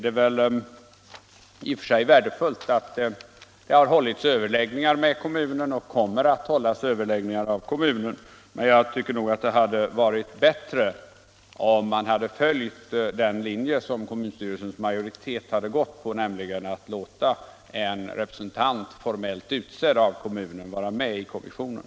Det är i och för sig värdefullt att det har hållits överläggningar med kommunen och kommer att hållas sådana överläggningar, men det hade varit bättre att följa den linje som kommunstyrelsens majoritet gått på och låta en representant formellt utsedd av kommunen vara med i kommissionen.